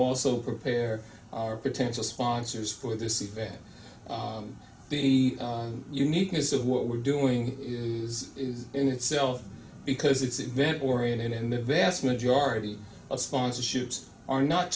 also prepare our potential sponsors for this event the uniqueness of what we're doing is in itself because it's event oriented and the vast majority of sponsorships are not